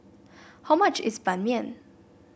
how much is Ban Mian